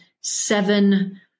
seven